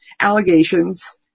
allegations